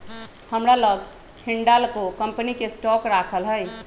हमरा लग हिंडालको कंपनी के स्टॉक राखल हइ